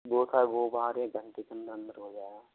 वो सर वो बाहर एक घंटे के अंदर अंदर हो जाएगा